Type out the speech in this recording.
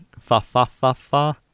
fa-fa-fa-fa